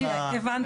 אני הבנתי.